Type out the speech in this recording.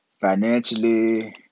financially